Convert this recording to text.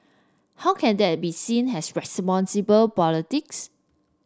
how can that be seen has responsible politics